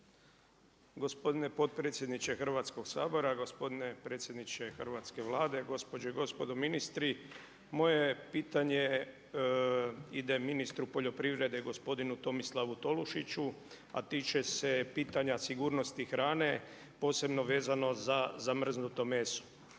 Gospodine potpredsjedniče Hrvatskog sabora, gospodine predsjedniče hrvatske Vlade, gospođo i gospodo ministri. Moje je pitanje ide ministru poljoprivrede gospodinu Tomislavu Tolušiću, a tiče se pitanja sigurnosti hrane, posebno vezano za zamrznuto meso.